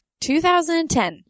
2010